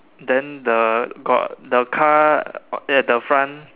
then the got the car at the front